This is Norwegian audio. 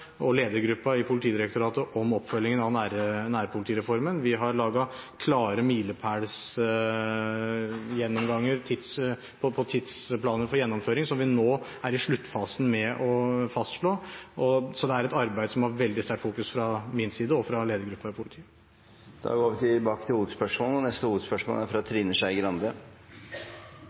og ledergruppen i Politidirektoratet om oppfølgingen av nærpolitireformen. Vi har laget klare milepælsgjennomganger på tidsplaner for gjennomføring som vi nå er i sluttfasen med å fastslå. Så det er et arbeid som har veldig sterkt fokus fra min side og fra ledergruppen i politiet. Vi går videre til neste hovedspørsmål. «Frihet fra